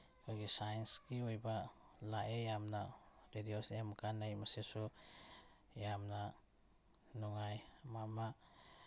ꯑꯩꯈꯣꯏꯒꯤ ꯁꯥꯏꯟꯁꯀꯤ ꯑꯣꯏꯕ ꯂꯥꯛꯑꯦ ꯌꯥꯝꯅ ꯔꯦꯗꯤꯑꯣꯁꯦ ꯌꯥꯝ ꯀꯥꯟꯅꯩ ꯃꯁꯤꯁꯨ ꯌꯥꯝꯅ ꯅꯨꯡꯉꯥꯏ ꯑꯃ ꯑꯃ